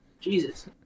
Jesus